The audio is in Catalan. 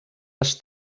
les